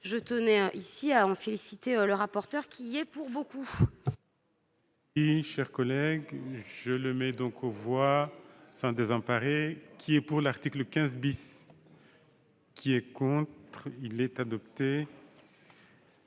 Je tenais à féliciter le rapporteur, qui est pour beaucoup